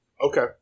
Okay